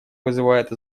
вызывает